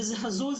וזה הזוי,